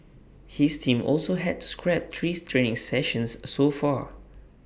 his team also had to scrap three training sessions so far